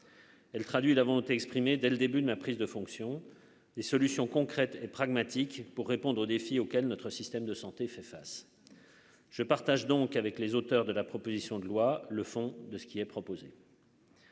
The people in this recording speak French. Elle traduit la volonté exprimée dès le début de ma prise de fonction des solutions concrètes et pragmatiques pour répondre aux défis auxquels notre système de santé fait face je partage donc avec les auteurs de la proposition de loi, le fond de ce qui est proposé.